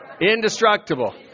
indestructible